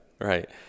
right